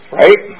right